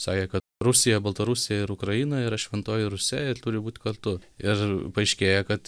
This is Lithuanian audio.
sakė kad rusija baltarusija ir ukraina yra šventoji rusia ir turi būt kartu ir paaiškėja kad